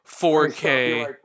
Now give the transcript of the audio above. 4K